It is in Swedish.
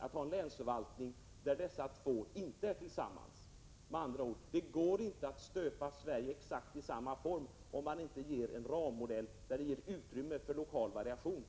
att ha en länsförvaltning som inte omfattar de båda nämnda enheterna. Med andra ord: Det går inte att stöpa hela Sverige i exakt samma form, om man inte har en rammodell som innebär att det finns utrymme för lokal variation.